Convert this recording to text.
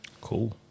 Cool